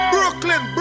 Brooklyn